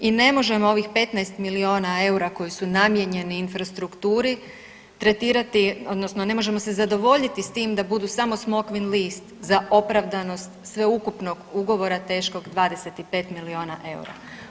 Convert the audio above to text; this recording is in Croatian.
I ne možemo ovih 15 milijuna eura koji su namijenjeni infrastrukturi tretirati odnosno ne možemo se zadovoljiti s tim da budu samo smokvin list za opravdanost sveukupnog ugovora teškog 25 milijuna eura.